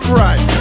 right